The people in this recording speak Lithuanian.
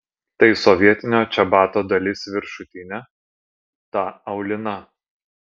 tai sovietinio čebato dalis viršutinė ta aulina